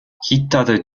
hittade